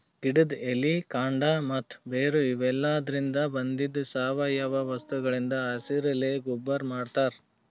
ಗಿಡದ್ ಎಲಿ ಕಾಂಡ ಮತ್ತ್ ಬೇರ್ ಇವೆಲಾದ್ರಿನ್ದ ಬಂದಿದ್ ಸಾವಯವ ವಸ್ತುಗಳಿಂದ್ ಹಸಿರೆಲೆ ಗೊಬ್ಬರ್ ಮಾಡ್ತಾರ್